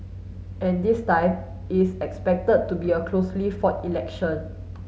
and this time is expected to be a closely fought election